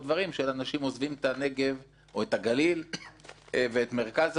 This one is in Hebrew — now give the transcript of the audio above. שאנשים עוזבים את הנגב או את הגליל ואת מרכז הארץ,